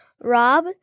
Rob